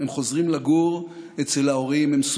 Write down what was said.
הם חוזרים לגור אצל ההורים,